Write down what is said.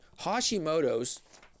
Hashimoto's